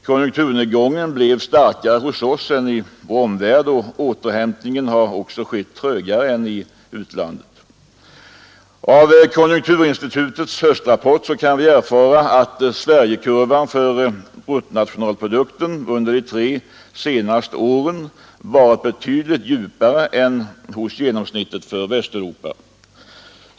Konjunkturnedgången blev starkare hos oss än i vår omvärld, och återhämtningen har också skett trögare än i utlandet. Av konjunkturinstitutets höstrapport kan vi erfara att Sverigekurvan för bruttonationalprodukten under de tre senaste åren varit betydligt djupare än hos genomsnittet för Västeuropa.